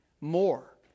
more